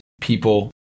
people